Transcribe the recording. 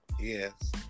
Yes